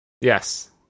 yes